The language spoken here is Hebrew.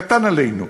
קטן עלינו.